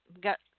got